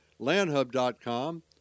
landhub.com